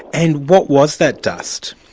and what was that dust?